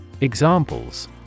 Examples